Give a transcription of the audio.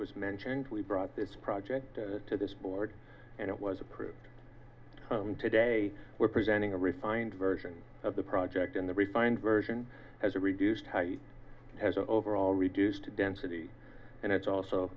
was mentioned we brought this project to this board and it was approved today we're presenting a refined version of the project in the refined version has reduced how he has overall reduced density and it's also